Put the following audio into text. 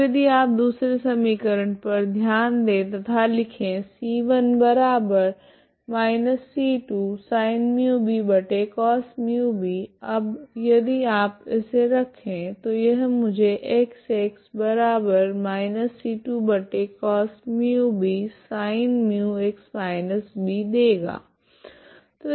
अब यदि आप दूसरे समीकरण पर ध्यान दे तथा लिखे c1−c2sin μbcos μb अब यदि आप इसे रखे तो यह मुझे X −c2cosμbsin μx−b देगा